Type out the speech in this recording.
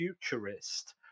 futurist